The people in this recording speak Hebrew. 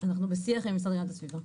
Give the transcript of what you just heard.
אנחנו בשיח עם המשרד להגנת הסביבה.